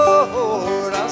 Lord